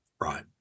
right